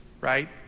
right